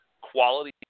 quality